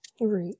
right